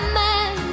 man